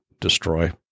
destroy